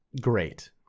great